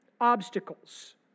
Obstacles